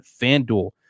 FanDuel